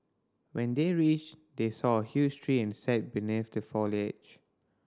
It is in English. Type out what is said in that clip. when they reached they saw a huge tree and sat beneath the foliage